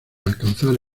alcanzar